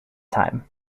time